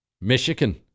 Michigan